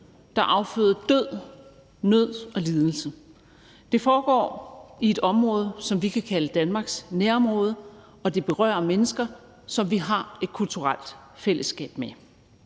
der afføder død, nød og lidelse. Det foregår i et område, som vi kan kalde Danmarks nærområde, og det berører mennesker, som vi har et kulturelt fællesskab med.